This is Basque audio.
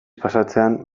pasatzean